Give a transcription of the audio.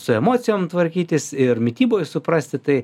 su emocijom tvarkytis ir mityboj suprasti tai